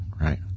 right